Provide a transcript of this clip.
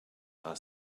are